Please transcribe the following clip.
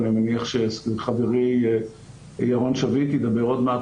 אני מניח שחברי ירון שביט ידבר עוד מעט.